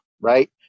right